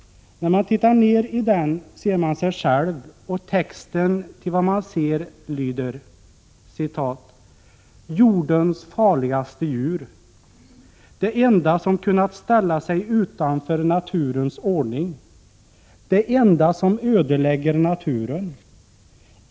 När man tittar ner i den ser man sig själv och texten till vad man ser lyder: ”Jordens farligaste djur. Det enda som kunnat ställa sig utanför naturens ordning. Det enda som ödelägger naturen.